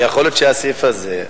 יכול שהסעיף הזה,